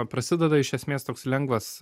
prasideda iš esmės toks lengvas